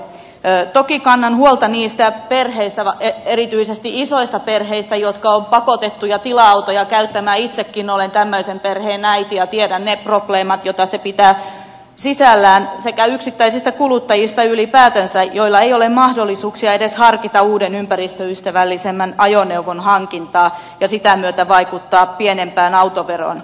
toki kannan huolta niistä perheistä erityisesti isoista perheistä jotka ovat pakotettuja tila autoja käyttämään itsekin olen tämmöisen perheen äiti ja tiedän ne probleemat joita se pitää sisällään sekä yksittäisistä kuluttajista ylipäätänsä joilla ei ole mahdollisuuksia edes harkita uuden ympäristöystävällisemmän ajoneuvon hankintaa ja sitä myötä vaikuttaa pienempään autoveroon